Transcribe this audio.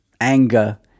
anger